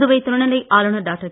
புதுவை துணைநிலை ஆளுனர் டாக்டர்